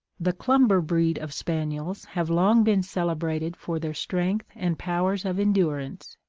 the clumber breed of spaniels have long been celebrated for their strength and powers of endurance,